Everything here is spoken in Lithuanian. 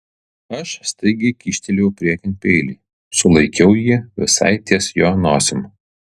aš staigiai kyštelėjau priekin peilį sulaikiau jį visai ties jo nosimi